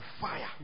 fire